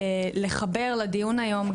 לחבר לדיון היום,